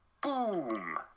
boom